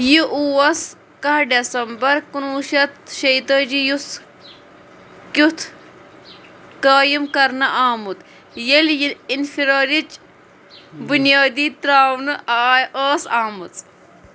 یہِ اوس کَہہ ڈٮ۪سمبر کُنوُہ شتھ شیٚیہِ تٲجی یُس کیُتھ قٲیِم کرنہٕ آمُت ییٚلہِ یہِ اِنفرٲرِچ بنیٲدی ترٛاونہٕ آے ٲس آمٕژ